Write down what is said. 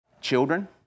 children